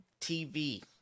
TV